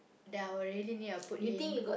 that I will really need a put in